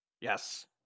yes